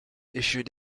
issued